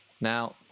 now